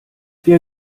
wir